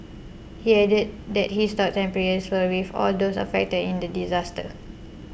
he added that his thoughts and prayers were with all those affected in the disaster